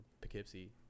Poughkeepsie